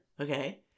Okay